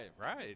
right